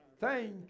Thank